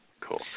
cool